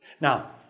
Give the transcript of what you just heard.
Now